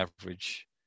average